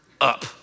up